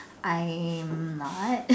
I am not